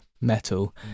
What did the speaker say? metal